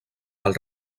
del